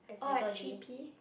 oh at T_P